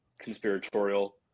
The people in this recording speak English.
conspiratorial